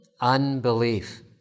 unbelief